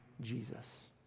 Jesus